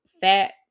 fat